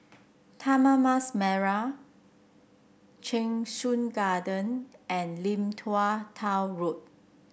Taman Mas Merah Cheng Soon Garden and Lim Tua Tow Road